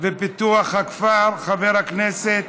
ופיתוח הכפר חבר הכנסת